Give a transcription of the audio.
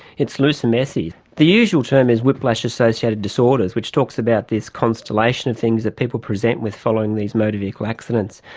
it's loose and messy. the usual term is whiplash-associated disorders, which talks about this constellation of things that people present with following these motor vehicle accidents.